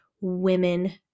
women